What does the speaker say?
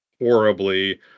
horribly